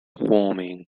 warming